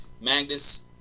Magnus